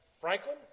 Franklin